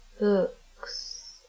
books